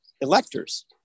electors